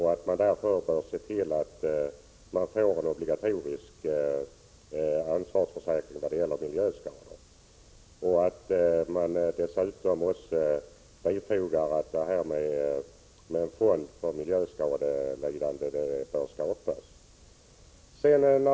Man bör därför se till att obligatorisk ansvarsförsäkring när det gäller miljöskador införs, och dessutom besluta att en fond för miljöskadelidande bör skapas.